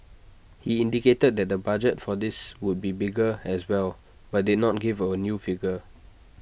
he indicated that the budget for this would be bigger as well but did not give A new figure